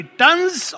tons